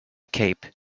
cape